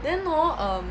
then hor err